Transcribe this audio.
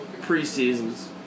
pre-seasons